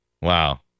Wow